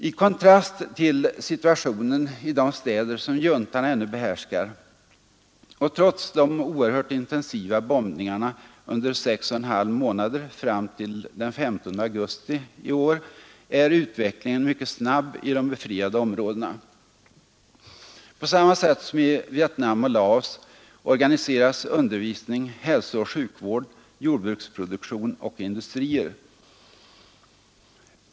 I kontrast till situationen i de städer som juntan ännu behärskar och trots de oerhört intensiva bombningarna under sex och en halv månader fram till den 15 augusti i år är utvecklingen mycket snabb i de befriade områdena. På samma sätt som i Vietnam och Laos organiseras undervisning, hälsooch sjukvård, jordbruksproduktion och industrier.